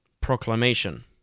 proclamation